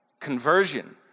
Conversion